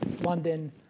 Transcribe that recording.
London